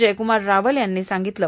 जयकुमार रावल यांनी सांगितलं